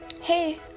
Hey